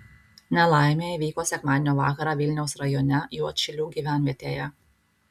nelaimė įvyko sekmadienio vakarą vilniaus rajone juodšilių gyvenvietėje